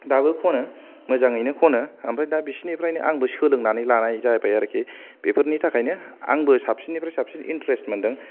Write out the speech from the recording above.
दाबो खनो मोजांयैनो खनो आमफ्राय दा बिसोरनिफ्रायनो आंबो सोलोंनानै लानाय जाबाय आरखि बेफोरनि थाखायनो आंबो साबसिननिख्रुइ साबसिन इन्ट्रेस मोनदों